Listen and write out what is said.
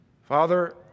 Father